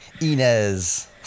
Inez